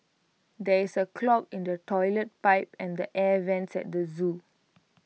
there is A clog in the Toilet Pipe and the air Vents at the Zoo